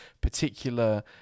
particular